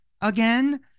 again